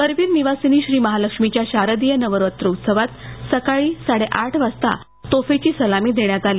करवीर निवासिनी श्री महालक्ष्मीच्या शारदीय नवरात्रोत्सवात सकाळी साडेआठ वाजता तोफेची सलामी देण्यात आली